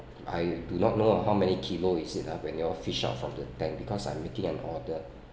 I do not know ah how many kilo is it ah when you all fish out from the tank because I'm making an order